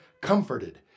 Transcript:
comforted